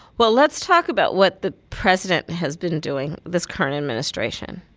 well, let's talk about what the president has been doing, this current administration.